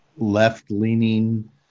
left-leaning